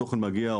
התוכן מגיע,